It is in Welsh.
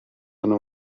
nhw